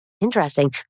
Interesting